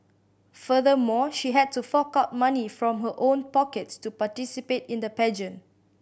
furthermore she had to fork out money from her own pockets to participate in the pageant